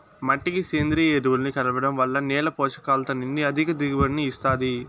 మట్టికి సేంద్రీయ ఎరువులను కలపడం వల్ల నేల పోషకాలతో నిండి అధిక దిగుబడిని ఇస్తాది